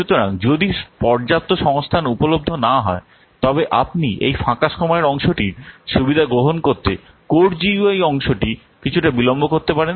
সুতরাং যদি পর্যাপ্ত সংস্থান উপলব্ধ না হয় তবে আপনি এই ফাঁকা সময়ের অংশটির সুবিধা গ্রহন করতে কোড জিইউআই অংশটি কিছুটা বিলম্ব করতে পারেন